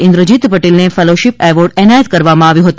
ઇન્દ્રજીત ટેલને fellowship award એનાયત કરવામાં આવ્યો હતો